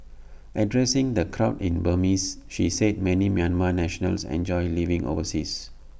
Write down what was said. addressing the crowd in Burmese she said many Myanmar nationals enjoy living overseas